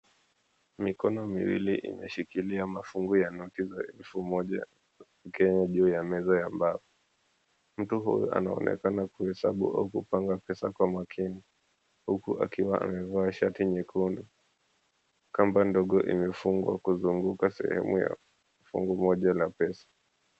Mikono miwili imeshikilia mafungu za noti za shilingi elfu moja ya kenya juu ya meza ya mbao. Mtu huyu anaonekana kuhesabu au kupanga pesa kwa makini, huku akiwa amevaa shati nyekundu. Kamba ndogo imefungwa kuzunguka sehemu ya fungu moja la pesa.